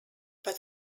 but